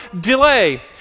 delay